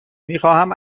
میخواهم